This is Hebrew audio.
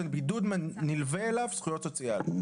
שבידוד נלוות אליו זכויות סוציאליות.